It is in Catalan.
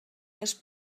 les